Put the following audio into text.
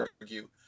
argue